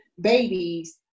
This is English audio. babies